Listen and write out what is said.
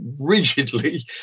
rigidly